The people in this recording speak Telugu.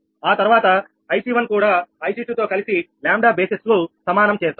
ఆ తర్వాత IC1 కూడా IC2 తో కలిసి 𝜆 బేసిస్ ను సమానం చేస్తాయి